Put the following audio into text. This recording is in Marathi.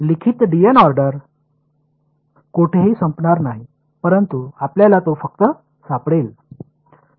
तर आपल्याला हा लिखित ऑर्डर कोठेही सापडणार नाही परंतु आपल्याला तो फक्त सापडेल